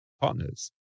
partners